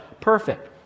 Perfect